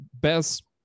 best